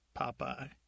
Popeye